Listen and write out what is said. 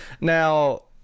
Now